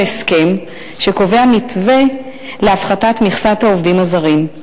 הסכם שקובע מתווה להפחתת מכסת העובדים הזרים.